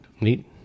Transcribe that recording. Neat